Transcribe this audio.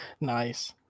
Nice